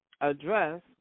address